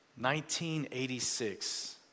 1986